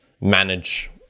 manage